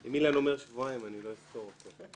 אם אילן אומר שבועיים, אני לא אסתור אותו.